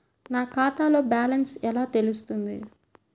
నా ఖాతాలో బ్యాలెన్స్ ఎలా తెలుస్తుంది?